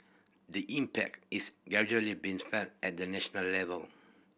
the impact is gradually being felt at the national level